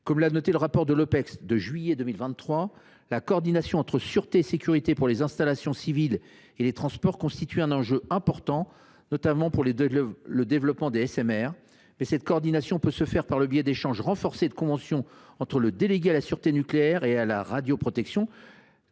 les auteurs du rapport de l’Opecst de juillet 2023, la coordination entre sûreté et sécurité pour les installations civiles et les transports constitue un enjeu important, notamment pour le développement des SMR. Cependant, celle ci peut se faire par le biais d’échanges renforcés et de conventions entre le délégué à la sûreté nucléaire et à la radioprotection